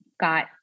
got